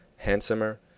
Handsomer